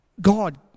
God